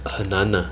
很难 ah